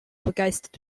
begeistert